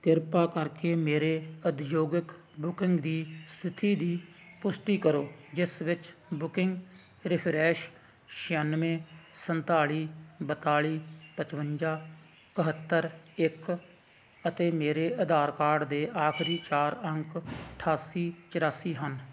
ਕਿਰਪਾ ਕਰਕੇ ਮੇਰੇ ਉਦਯੋਗਿਕ ਬੁੱਕਿੰਗ ਦੀ ਸਥਿਤੀ ਦੀ ਪੁਸ਼ਟੀ ਕਰੋ ਜਿਸ ਵਿੱਚ ਬੁੱਕਿੰਗ ਰਿਫਰੈਂਸ ਛਿਆਨਵੇਂ ਸੰਤਾਲੀ ਬਿਆਲੀ ਪਚਵੰਜਾ ਇਕੱਤਰ ਇੱਕ ਅਤੇ ਮੇਰੇ ਆਧਾਰ ਕਾਰਡ ਦੇ ਆਖਰੀ ਚਾਰ ਅੰਕ ਅਠਾਸੀ ਚੁਰਾਸੀ ਹਨ